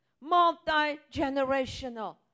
multi-generational